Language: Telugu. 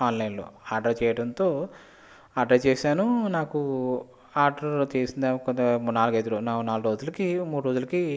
ఆన్లైన్లో ఆర్డర్ చేయడంతో అట్లా చేసాను నాకు ఆర్డర్ తీసుకున్న ఒక నాలుగు ఐదు రోజులు నాలుగు రోజులకి మూడు రోజులకి